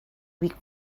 week